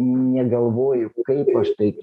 negalvoju kaip aš taip